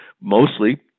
mostly